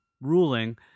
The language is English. ruling